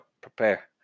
prepare